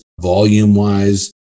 volume-wise